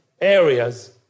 areas